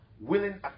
willing